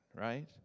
right